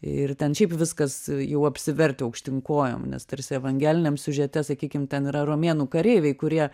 ir ten šiaip viskas jau apsivertę aukštyn kojom nes tarsi evangeliniam siužete sakykim ten yra romėnų kareiviai kurie